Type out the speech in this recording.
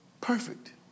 Perfect